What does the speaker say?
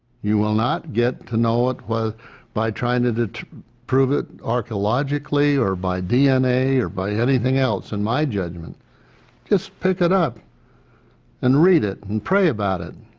you will not get to know it was by trying to to prove it archaeologically or by dna or by anything else in my judgment just pick it up and read it and pray about it